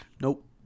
Nope